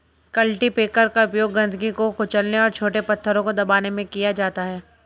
cultipacker का उपयोग गंदगी को कुचलने और छोटे पत्थरों को दबाने में किया जाता है